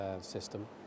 system